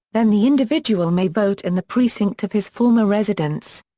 then the individual may vote in the precinct of his former residence.